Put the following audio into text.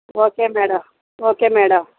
okay madam okay madam